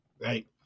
Right